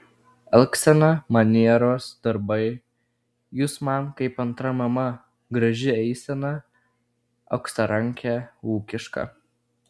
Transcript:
elgsena manieros darbai jūs man kaip antra mama graži eisena auksarankė ūkiška